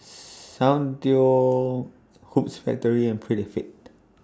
Soundteoh Hoops Factory and Prettyfit